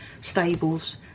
stables